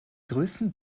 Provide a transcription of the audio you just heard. größten